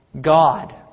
God